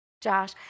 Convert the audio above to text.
Josh